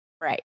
Right